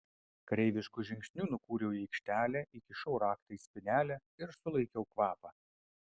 kareivišku žingsniu nukūriau į aikštelę įkišau raktą į spynelę ir sulaikiau kvapą